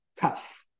tough